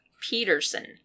Peterson